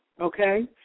okay